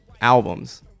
albums